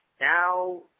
now